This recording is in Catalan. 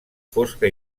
fosca